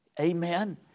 Amen